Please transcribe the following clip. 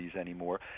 anymore